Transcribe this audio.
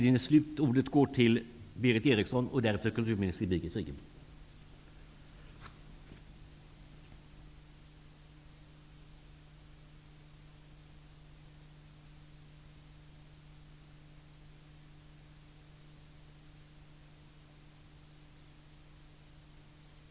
Tror någon att de säger tack?